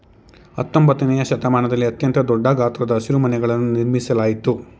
ಹತ್ತೊಂಬತ್ತನೆಯ ಶತಮಾನದಲ್ಲಿ ಅತ್ಯಂತ ದೊಡ್ಡ ಗಾತ್ರದ ಹಸಿರುಮನೆಗಳನ್ನು ನಿರ್ಮಿಸಲಾಯ್ತು